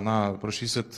na prašysit